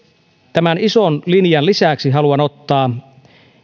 tämän ison linjan lisäksi haluan ottaa